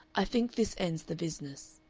i think this ends the business,